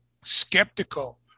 skeptical